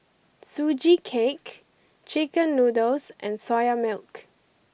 Sugee Cake Chicken Noodles and Soya Milk